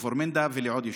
לכפר מנדא ולעוד יישובים.